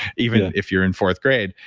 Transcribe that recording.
even if you're in fourth grade.